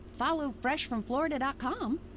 followfreshfromflorida.com